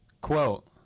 quote